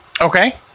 Okay